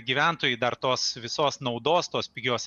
gyventojai dar tos visos naudos tos pigios